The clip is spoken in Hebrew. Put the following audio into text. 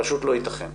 פשוט לא יתכן.